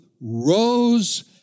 rose